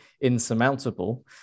insurmountable